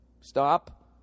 Stop